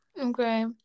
Okay